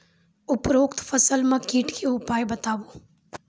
उपरोक्त फसल मे कीटक उपाय बताऊ?